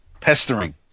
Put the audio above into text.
pestering